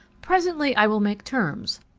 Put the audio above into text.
presently i will make terms,